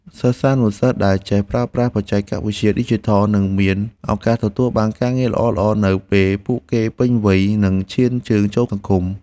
សិស្សានុសិស្សដែលចេះប្រើប្រាស់បច្ចេកវិទ្យាឌីជីថលនឹងមានឱកាសទទួលបានការងារល្អៗនៅពេលពួកគេពេញវ័យនិងឈានជើងចូលសង្គម។